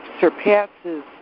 surpasses